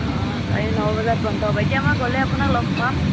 অঁ চাৰে ন বজাত বন্ধ হ'ব এতিয়া মই গ'লে আপোনাক লগ পাম